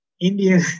Indian